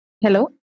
hello